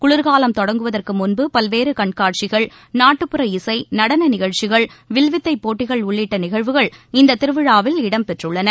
குளிர்காலம் தொடங்குவதற்கு முன்பு பல்வேறு கண்காட்சிகள் நாட்டுப்புற இசை நடன நிகழ்ச்சிகள் வில்வித்தை போட்டிகள் உள்ளிட்ட நிகழ்வுகள் இந்தத் திருவிழாவில் இடம் பெற்றுள்ளன